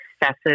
excessive